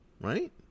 right